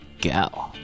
go